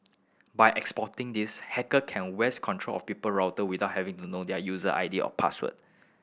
by exploiting this hacker can wrest control of people router without having to know their user I D or password